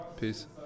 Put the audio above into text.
Peace